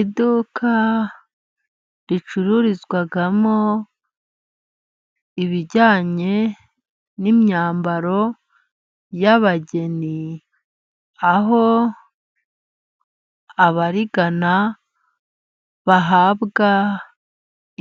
Iduka ricururizwagamo ibijyanye n'imyambaro yabageni, aho abarigana bahabwa,